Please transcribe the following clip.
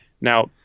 Now